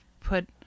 put